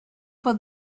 for